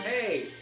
Hey